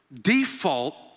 Default